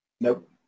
Nope